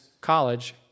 college